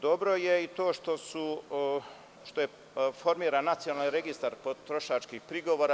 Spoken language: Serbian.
Dobro je i to što je formiran Nacionalni registar potrošačkih prigovara.